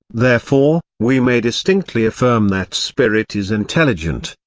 therefore, we may distinctly affirm that spirit is intelligent,